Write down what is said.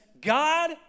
God